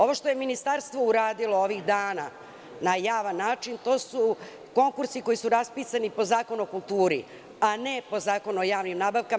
Ovo što je ministarstvo uradilo ovih dana na javan način, to su konkursi koji su raspisani po Zakonu o kulturi, a ne po Zakonu o javnim nabavkama.